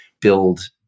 build